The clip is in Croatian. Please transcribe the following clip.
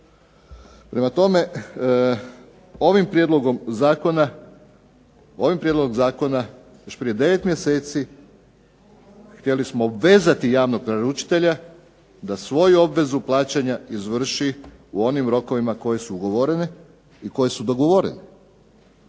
Prema tome, ovim prijedlogom zakona još prije 9 mjeseci htjeli smo obvezati javnog naručitelja da svoju obvezu plaćanja izvrši u onim rokovima koji su ugovoreni i koji su dogovoreni.